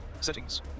Settings